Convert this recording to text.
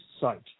site